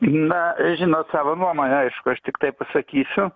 na žinot savo nuomonę aišku aš tiktai pasakysiu